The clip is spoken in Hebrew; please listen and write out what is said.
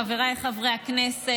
חבריי חברי הכנסת,